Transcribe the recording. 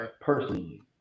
Personally